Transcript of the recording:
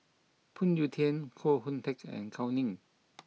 Phoon Yew Tien Koh Hoon Teck and Gao Ning